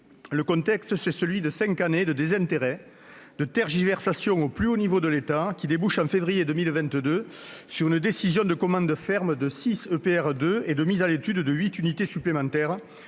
Le contexte, c'est celui de cinq années de désintérêt, de tergiversations au plus haut niveau de l'État, débouchant en février 2022 sur une décision de commande ferme de six EPR 2 et de mise à l'étude de huit unités supplémentaires,